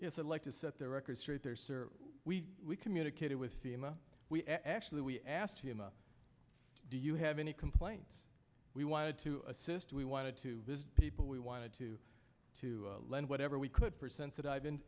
it like to set the record straight there sir we we communicated with thema we actually we asked him a do you have any complaints we wanted to assist we wanted to visit people we wanted to to lend whatever we could percent to div